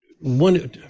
One